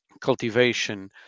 cultivation